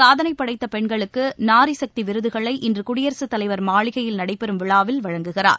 சாதனைப் படைத்த பெண்களுக்கு நாரி சக்தி விருதுகளை இன்று குடியரசுத் தலைவர் மாளிகையில் நடைபெறும் விழாவில் வழங்குகிறார்